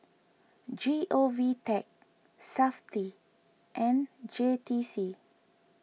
G O V Tech SAFTI and J T C